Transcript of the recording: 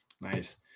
Nice